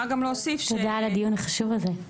תודה על הדיון החשוב הזה.